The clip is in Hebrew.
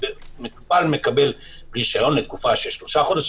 מטופל מקבל רשיון לשלושה חודשים,